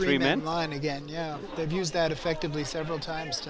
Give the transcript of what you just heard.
three men line again yeah they've used that effectively several times